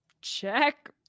check